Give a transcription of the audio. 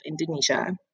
Indonesia